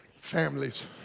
families